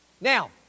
Now